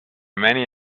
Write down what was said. many